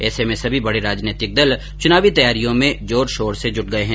ऐसे में सभी बड़े राजनैंतिक दल चुनावी तैयारियों में जोर ॅशोर से जुट गए है